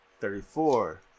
thirty-four